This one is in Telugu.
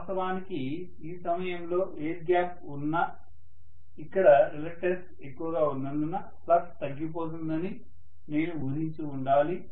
వాస్తవానికి ఈ సమయంలో ఎయిర్ గ్యాప్ ఉన్న ఇక్కడ రిలక్టన్స్ ఎక్కువగా ఉన్నందున ఫ్లక్స్ తగ్గిపోతుందని నేను ఊహించి ఉండాలి